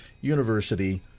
University